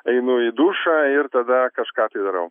einu į dušą ir tada kažką tai darau